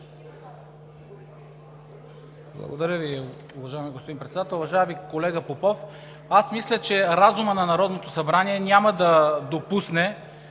Благодаря Ви, уважаеми господин Председател! Уважаеми колега Попов, аз мисля, че разумът на Народното събрание няма да допусне